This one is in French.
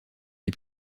les